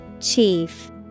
Chief